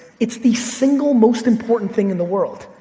it's the single most important thing in the world.